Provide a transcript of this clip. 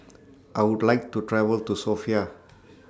I Would like to travel to Sofia